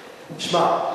שמע,